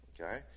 Okay